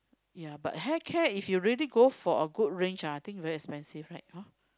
ya but hair care if you really go for a good range ah I think very expensive right hor